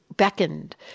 beckoned